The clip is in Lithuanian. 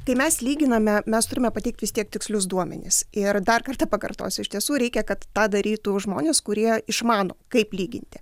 kai mes lyginame mes turime pateikt vis tiek tikslius duomenis ir dar kartą pakartosiu iš tiesų reikia kad tą darytų žmonės kurie išmano kaip lyginti